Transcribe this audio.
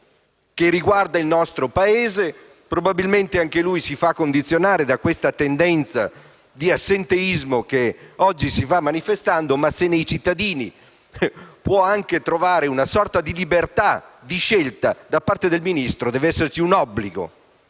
agricola del nostro Paese. Probabilmente anche lui si fa condizionare da questa tendenza all'assenteismo che oggi si va manifestando; ma se nei cittadini può esservi una sorta di libertà di scelta, da parte del Ministro, invece, deve esserci un obbligo,